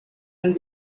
and